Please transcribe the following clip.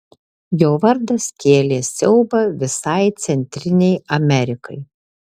jo vardas kėlė siaubą visai centrinei amerikai